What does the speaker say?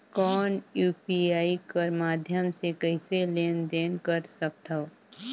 कौन यू.पी.आई कर माध्यम से कइसे लेन देन कर सकथव?